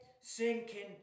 sinking